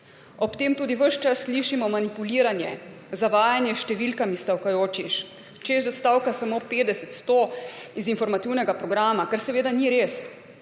Ob tem tudi ves čas slišimo manipuliranje, zavajanje s številkami stavkajočih, češ, da stavka samo 50, 100 iz informativnega programa, kar seveda ni res.